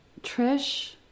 Trish